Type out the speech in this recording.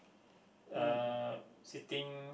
uh sitting